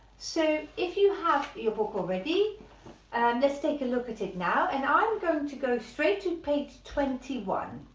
so if you have your book already and let's take a look at it now and i'm going to go straight to page twenty one,